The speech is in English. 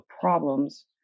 problems